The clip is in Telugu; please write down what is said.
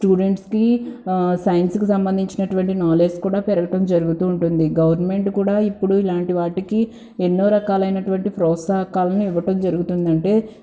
స్టూడెంట్స్కి సైన్స్కి సంబంధించినటువంటి నాలెడ్జ్ కూడా పెరగడం జరుగుతూ ఉంటుంది గవర్నమెంట్ కూడా ఇప్పుడు ఇలాంటి వాటికి ఎన్నో రకాలైనటువంటి ప్రోత్సాహకాలను ఇవ్వటం జరుగుతుంది అంటే